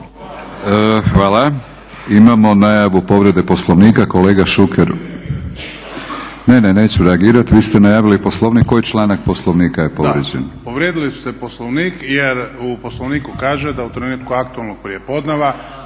Hvala. Imamo najavu povrede Poslovnika, kolega Šuker. Ne, ne neću reagirati vi ste najavili Poslovnik. Koji članak Poslovnika je povrijeđen? **Šuker, Ivan (HDZ)** Da, povrijedili ste Poslovnik jer u Poslovniku kaže da u trenutku aktualnog prijepodneva